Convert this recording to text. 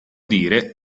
dire